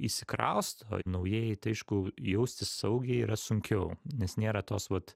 įsikrausto naujai tai aišku jaustis saugiai yra sunkiau nes nėra tos vat